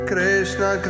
Krishna